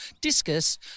discus